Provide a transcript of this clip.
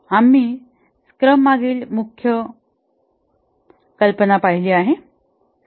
आम्ही स्क्रम मागील मुख्य कल्पना पाहिली आहे